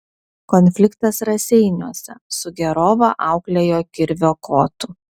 konfliktas raseiniuose sugėrovą auklėjo kirvio kotu